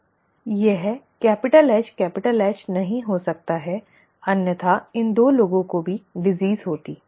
यह HH नहीं हो सकता है अन्यथा इन 2 लोगों को भी बीमारी होती